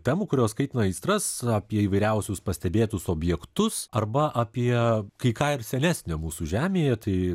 temų kurios kaitina aistras apie įvairiausius pastebėtus objektus arba apie kai ką ir senesnio mūsų žemėje tai